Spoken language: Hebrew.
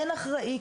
אין אחראי.